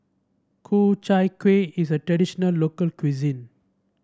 Ku Chai Kuih is a traditional local cuisine